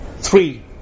three